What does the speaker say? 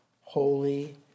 holy